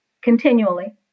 continually